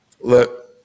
look